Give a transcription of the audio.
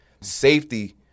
safety